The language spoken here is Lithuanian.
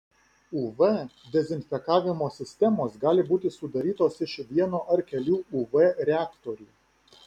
uv dezinfekavimo sistemos gali būti sudarytos iš vieno ar kelių uv reaktorių